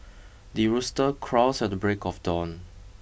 the rooster crows at the break of dawn